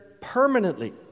permanently